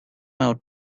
out